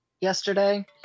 yesterday